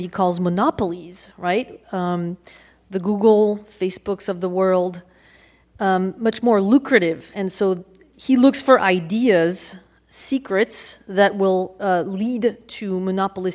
he calls monopolies right the google facebook's of the world much more lucrative and so he looks for ideas secrets that will lead to monopol